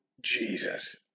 Jesus